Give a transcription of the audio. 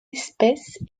espèce